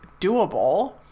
doable